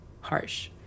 harsh